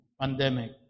pandemic